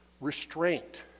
restraint